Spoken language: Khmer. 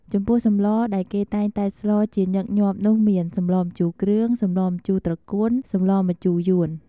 ចំពោះសម្លដែលគេតែងតែស្លជាញឹកញាប់នោះមាន សម្លម្ជូរគ្រឿង សម្លម្ជូរត្រកួន សម្លម្ជូរយួន។